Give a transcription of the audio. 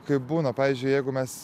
kaip būna pavyzdžiui jeigu mes